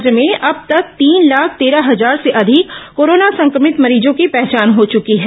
राज्य में अब तक तीन लाख तेरह हजार से अधिक कोरोना संक्रमित मरीजों की पहचान हो चुकी है